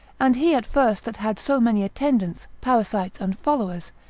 and he at first that had so many attendants, parasites, and followers,